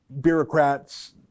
bureaucrats